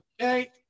Okay